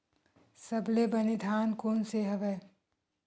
सबले बने धान कोन से हवय?